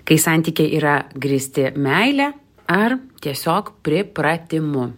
kai santykiai yra grįsti meile ar tiesiog pripratimu